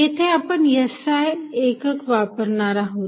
येथे आपण SI एकक वापरणार आहोत